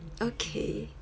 okay